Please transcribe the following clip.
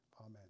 Amen